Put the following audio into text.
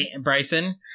Bryson